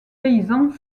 paysans